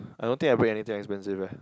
I don't think I wear anything expensive leh